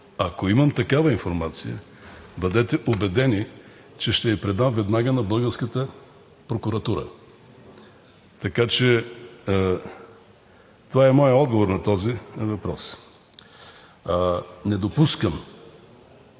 Ако имам такава информация, бъдете убедени, че ще я предам веднага на българската прокуратура. Това е моят отговор на този въпрос. Не допускам,